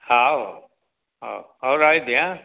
ହଉ ହଉ ହଉ ରହିଲି ହାଁ